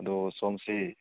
ꯑꯗꯣ ꯁꯣꯝꯁꯤꯦ